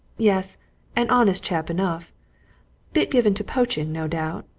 yes an honest chap enough bit given to poaching, no doubt,